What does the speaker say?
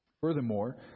Furthermore